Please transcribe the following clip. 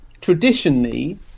traditionally